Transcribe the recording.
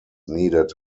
needed